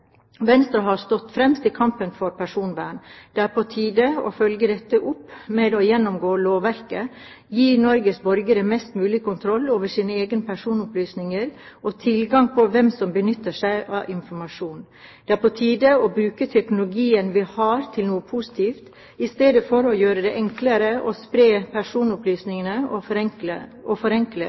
Venstre har stått fremst i kampen for personvernet. Det er på tide å følge dette opp med å gjennomgå lovverket, gi Norges borgere mest mulig kontroll over sine egne personopplysninger og tilgang på hvem som benytter seg av informasjonen. Det er på tide å bruke teknologien vi har, til noe positivt, i stedet for å gjøre det enklere å spre personopplysninger og forenkle